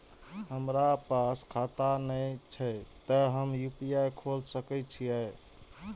हमरा पास खाता ने छे ते हम यू.पी.आई खोल सके छिए?